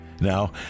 Now